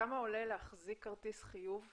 כמה עולה להחזיק כרטיס חיוב?